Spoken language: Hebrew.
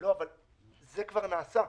אבל זה כבר נעשה.